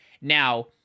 Now